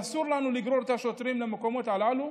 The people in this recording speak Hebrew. ואסור לנו לגרור את השוטרים למקומות הללו.